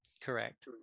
Correct